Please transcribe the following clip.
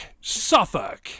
Suffolk